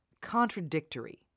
contradictory